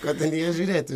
ko ten į ją žiūrėti